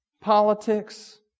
politics